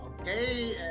Okay